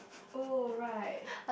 oh right